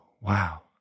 wow